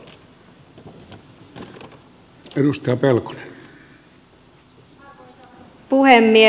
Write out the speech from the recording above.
arvoisa puhemies